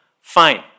Fine